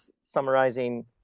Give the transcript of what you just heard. summarizing